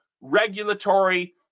regulatory